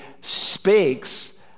speaks